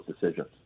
decisions